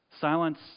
silence